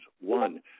One